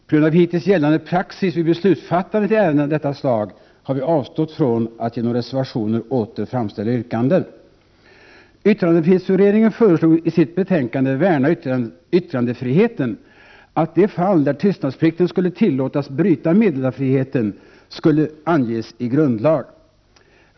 På grund av hittills gällande praxis vid beslutsfattandet i ärenden av detta slag har vi avstått från att genom reservationer åter framställa yrkanden. Yttrandefrihetsutredningen föreslog i sitt betänkande ”Värna yttrandefriheten”, att de fall där tystnadsplikten skulle tillåtas bryta meddelarfriheten skulle anges i grundlag.